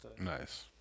nice